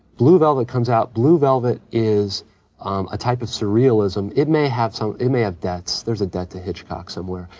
blue velvet comes out. blue velvet is a type of surrealism it may have some, it may have debts. there's a debt to hitchcock somewhere.